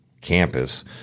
campus